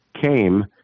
came